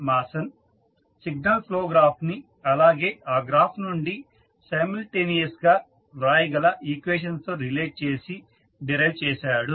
Mason signal flow graph ని అలాగే ఆ గ్రాఫ్ నుండి సైమల్టేనియస్ గా వ్రాయగల ఈక్వేషన్స్ తో రిలేట్ చేసి డిరైవ్ చేసారు